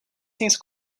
things